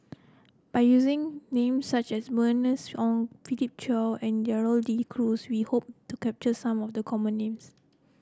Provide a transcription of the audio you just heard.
by using names such as Bernice Ong Philip Chia and Gerald De Cruz we hope to capture some of the common names